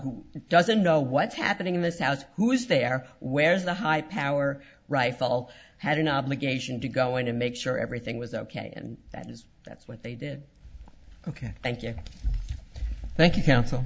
who doesn't know what's happening in this house who is there where is the high power rifle had an obligation to go in to make sure everything was ok and that is that's what they did ok thank you thank you